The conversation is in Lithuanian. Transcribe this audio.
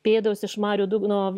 pėdos iš marių dugno